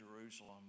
Jerusalem